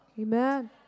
Amen